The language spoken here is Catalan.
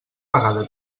vegada